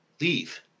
leave